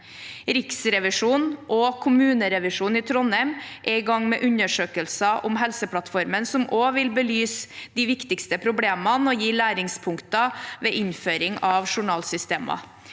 Riksrevisjonen og kommunerevisjonen i Trondheim er i gang med undersøkelser om Helseplattformen, som også vil belyse de viktigste problemene og gi læringspunkter ved innføring av journalsystemer.